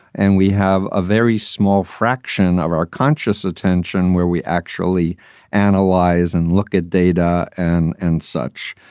and we have a very small fraction of our conscious attention where we actually analyze and look at data and and such.